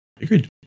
Agreed